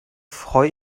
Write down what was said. freu